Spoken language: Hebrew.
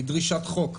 היא דרישת חוק.